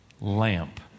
lamp